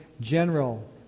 general